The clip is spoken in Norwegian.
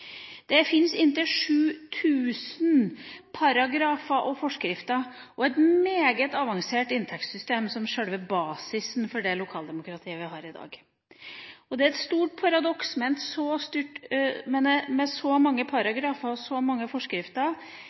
Det finnes inntil 7 000 paragrafer og forskrifter og et meget avansert inntektssystem som basis for det lokaldemokratiet vi har i dag. Det er et stort paradoks – med så mange paragrafer og så mange forskrifter